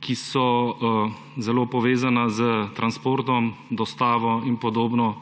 ki so zelo povezana s transportom, dostavo in podobno,